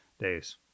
days